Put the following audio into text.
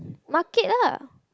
market lah